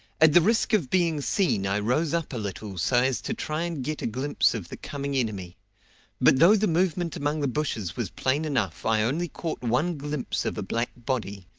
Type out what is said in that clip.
at the risk of being seen i rose up a little so as to try and get a glimpse of the coming enemy but though the movement among the bushes was plain enough i only caught one glimpse of a black body,